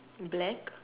black